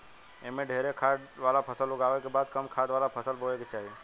एमे ढेरे खाद वाला फसल उगावला के बाद कम खाद वाला फसल बोए के चाही